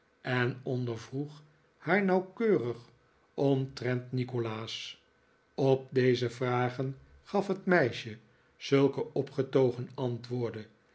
en ondervroeg haar nauwkeurig omtrent nikolaas op deze vragen gaf het meisje zulke opgetogen antwoorden